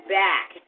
back